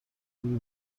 میری